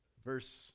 Verse